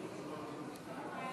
הממשלה,